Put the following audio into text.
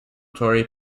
torrey